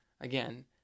again